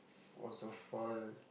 also fall